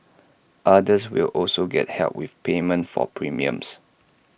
others will also get help with payment for premiums